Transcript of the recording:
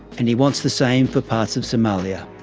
and he wants the same for parts of somalia.